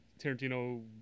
Tarantino